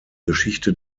geschichte